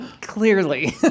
clearly